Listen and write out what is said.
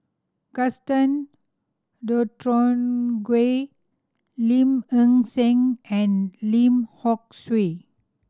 Gaston Dutronquoy Lim Ng Seng and Lim Hock Siew